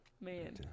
man